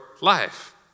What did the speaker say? life